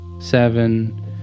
seven